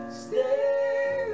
stay